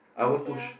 oh okay lor